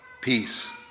peace